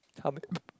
how many